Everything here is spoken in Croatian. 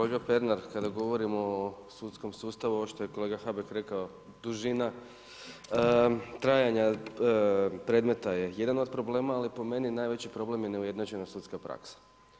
Kolega Pernar, kada govorimo o sudskom sustavu, ovo što je kolega Habek rekao, dužina trajanja predmeta je jedan od problema, ali po meni, najveći problem je neujednačena sudska praksa.